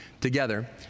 together